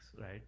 right